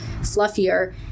fluffier